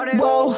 whoa